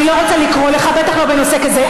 אני לא רוצה לקרוא לך ובטח לא בנושא כזה,